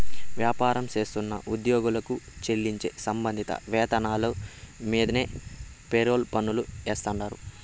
వ్యాపారం చేస్తున్న ఉద్యోగులకు చెల్లించే సంబంధిత వేతనాల మీన్దే ఫెర్రోల్ పన్నులు ఏస్తాండారు